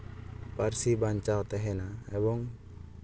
ᱯᱟᱹᱨᱥᱤ ᱵᱟᱧᱪᱟᱣ ᱛᱟᱦᱮᱱᱟ ᱮᱵᱚᱝ